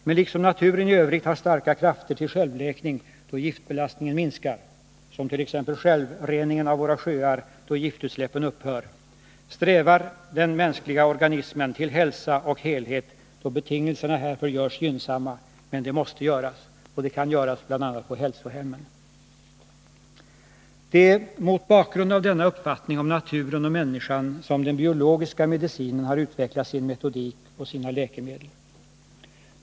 Men liksom naturen i övrigt har starka krafter till självläkning då giftbelastningen minskar —t.ex. självreningen av våra sjöar då giftutsläppen upphör — strävar den mänskliga organismen till hälsa och helhet då betingelserna härför görs gynnsamma. Men det måste göras, och det kan göras bl.a. på hälsohemmen. Det är mot bakgrund av denna uppfattning om naturen och människan som den biologiska medicinen har utvecklat sin metodik och sina läkemedel.